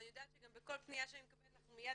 ואני יודעת שגם בכל פנייה שאני מקבלת אנחנו מיד